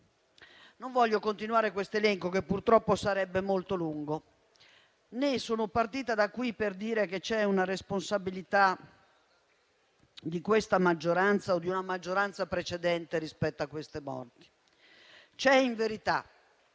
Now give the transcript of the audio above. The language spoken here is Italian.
Non voglio continuare questo elenco, che purtroppo sarebbe molto lungo, né sono partita da qui per dire che c'è una responsabilità di questa maggioranza o di una maggioranza precedente rispetto a queste morti. C'è in verità